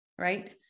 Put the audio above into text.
right